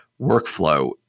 workflow